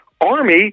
Army